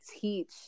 teach